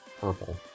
purple